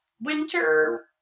winter